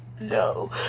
No